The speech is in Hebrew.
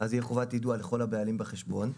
אז תהיה חובת יידוע לכל הבעלים בחשבון.